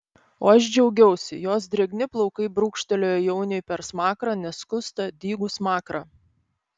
o aš džiaugiausi jos drėgni plaukai brūkštelėjo jauniui per smakrą neskustą dygų smakrą